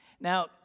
Now